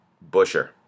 Busher